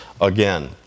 again